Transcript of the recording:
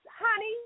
Honey